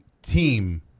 team